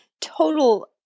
total